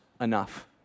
enough